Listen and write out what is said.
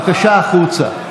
בבקשה החוצה.